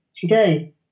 today